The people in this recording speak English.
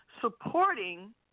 supporting